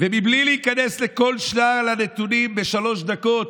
ובלי להיכנס לכל שלל הנתונים בכל התקציב בשלוש דקות,